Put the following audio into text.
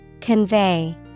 Convey